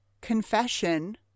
confession